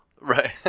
Right